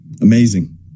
amazing